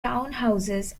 townhouses